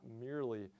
merely